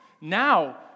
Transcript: Now